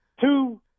Two